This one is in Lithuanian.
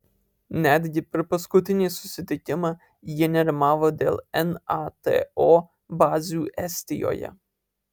netgi per paskutinį susitikimą jie nerimavo dėl nato bazių estijoje